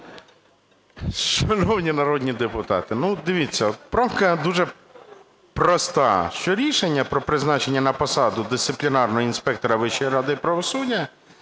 Дякую,